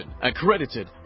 Accredited